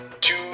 Two